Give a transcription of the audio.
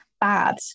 bad